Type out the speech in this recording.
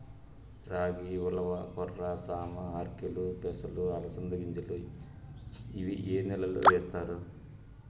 రాగి, ఉలవ, కొర్ర, సామ, ఆర్కెలు, పెసలు, అలసంద గింజలు ఇవి ఏ నెలలో వేస్తారు?